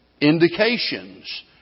indications